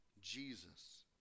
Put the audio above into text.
Jesus